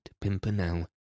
Pimpernel